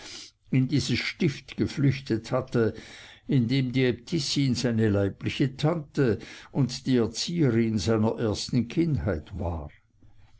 in dieses stift geflüchtet hatte indem die äbtissin seine leibliche tante und die erzieherin seiner ersten kindheit war